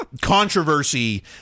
controversy